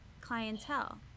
clientele